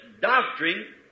doctrine